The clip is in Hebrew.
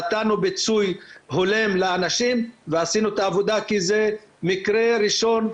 נתנו פיצוי הולם לאנשים ועשינו את העבודה כי זה מקרה ראשון,